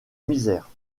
misère